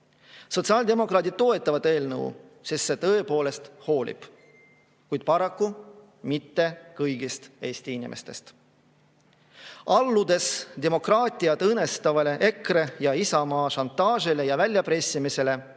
Sotsiaaldemokraadid toetavad eelnõu, sest see tõepoolest hoolib – kuid paraku mitte kõigist Eesti inimestest. Alludes demokraatiat õõnestavale EKRE ja Isamaa šantaažile ja väljapressimisele,